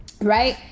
right